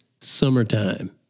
summertime